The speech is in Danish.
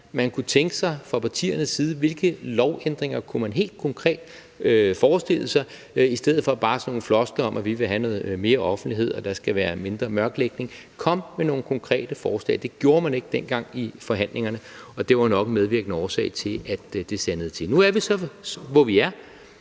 man kunne tænke sig fra partiernes side. Hvilke lovændringer kunne man helt konkret forestille sig – i stedet for bare sådan floskler om, at vi vil noget mere offentlighed, og at der skal være mindre mørklægning? Kom med nogle konkrete forslag. Det gjorde man ikke dengang i forhandlingerne, og det var jo nok en medvirkende årsag til, at det sandede til. Nu er vi så, hvor vi er.